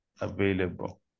available